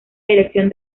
dirección